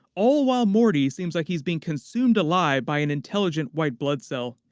all while morty seems like he's being consumed alive by an intelligent white blood cell.